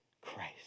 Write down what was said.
Christ